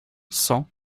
cent